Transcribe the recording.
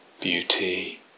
beauty